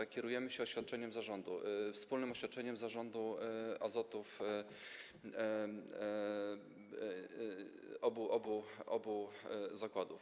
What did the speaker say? Kierujemy się oświadczeniem zarządu, wspólnym oświadczeniem zarządu Azotów, obu zakładów.